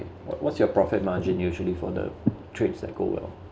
what what's your profit margin usually for the trades that go well